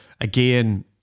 again